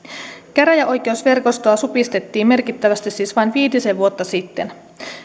käräjäoikeusverkostoa supistettiin merkittävästi siis vain viitisen vuotta sitten